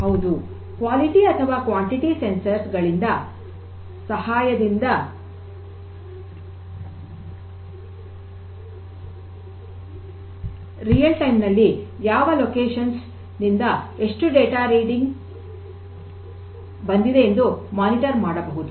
ಹೌದು ಗುಣಮಟ್ಟ ಅಥವಾ ಪ್ರಮಾಣ ಸಂವೇದಕಗಳಿಂದ ಸಹಾಯದಿಂದ ನೈಜ ಸಮಯದಲ್ಲಿ ಯಾವ ಸ್ಥಳದಿಂದ ಎಷ್ಟು ಡೇಟಾ ರೀಡಿಂಗ್ ಬಂದಿದೆ ಎಂದು ಮೇಲ್ವಿಚಾರಣೆ ಮಾಡಬಹುದು